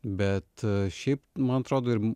bet šiaip man atrodo ir